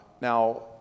Now